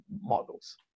models